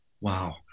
Wow